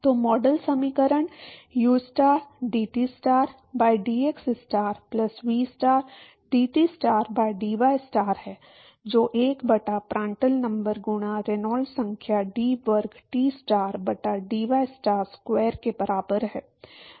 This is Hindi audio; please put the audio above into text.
तो मॉडल समीकरण ustar dTstar by dxstar plus vstar dTstar by dystar है जो 1 बटा प्रांड्टल नंबर गुणा रेनॉल्ड्स संख्या d वर्ग Tstar बटा dystar स्क्वायर के बराबर है